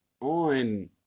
on